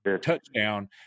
touchdown